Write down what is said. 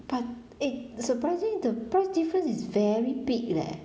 but eh the surprising the price difference is very big leh